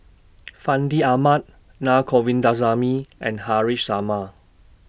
Fandi Ahmad Na Govindasamy and Haresh Sharma